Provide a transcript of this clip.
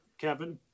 Kevin